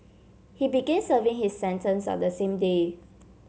he began serving his sentence on the same day